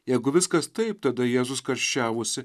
jeigu viskas taip tada jėzus karščiavosi